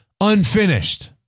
Unfinished